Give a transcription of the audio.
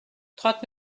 trente